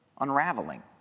unraveling